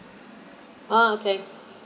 ah okay